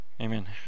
Amen